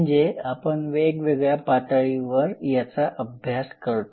म्हणजे आपण वेगवेगळ्या पातळींवर याचा अभ्यास करतो